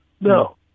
No